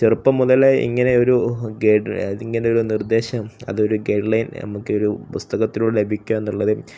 ചെറുപ്പം മുതലേ ഇങ്ങനെ ഒരു ഗഡ അ ഇങ്ങനെ ഒരു നിർദ്ദേശം അതൊരു ഗൈഡ് ലൈൻ നമുക്കൊരു പുസ്തകത്തിലൂടെ ലഭിക്കുക എന്നുള്ളത്